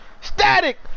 static